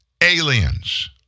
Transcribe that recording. aliens